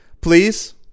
Please